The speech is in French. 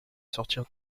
sortir